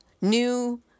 new